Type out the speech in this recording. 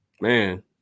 man